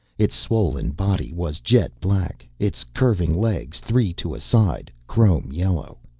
its swollen body was jet black, its curving legs, three to a side, chrome yellow.